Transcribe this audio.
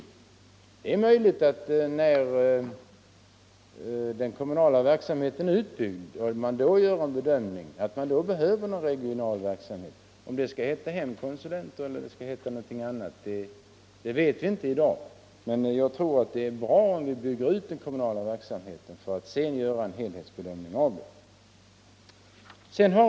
Det är möjligt att man när den kommunala verksamheten är utbyggd gör en bedömning av om man behöver någon regional verksamhet. Om den skall heta hemkonsulenter eller något annat vet vi inte i dag. Jag tror att det är bra att bygga ut den kommunala verksamheten för att sedan göra en helhetsbedömning av den.